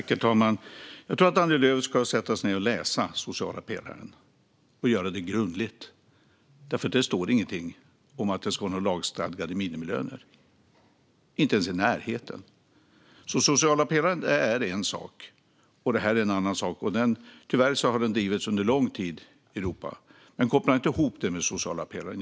Herr talman! Jag tycker att Annie Lööf ska läsa den sociala pelaren och göra det grundligt. Där står inget om någon lagstadgad minimilön. Det kommer inte ens i närheten av det. Den sociala pelaren är en sak, och detta är en annan. Tyvärr har detta med minimilöner drivits i Europa under lång tid. Men koppla inte ihop det med den sociala pelaren!